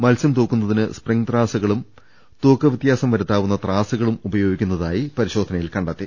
മത്സ്യം തൂക്കുന്നതിന് സ്പ്രിംഗ്ദ് ത്രാസുകളും തൂക്ക വ്യത്യാസം വരുത്താവുന്ന ത്രാസുകളൂം ഉപയോഗിക്കുന്നതായി പരിശോധനയിൽ കണ്ടെത്തി